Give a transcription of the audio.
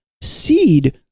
Seed